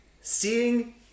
seeing